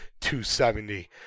270